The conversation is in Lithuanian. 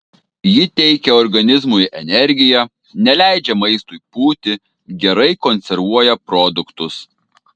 ji teikia organizmui energiją neleidžia maistui pūti gerai konservuoja produktus